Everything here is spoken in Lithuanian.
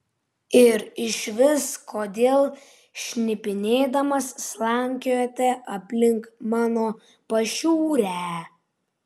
ir išvis kodėl šnipinėdamas slankiojate aplink mano pašiūrę